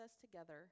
together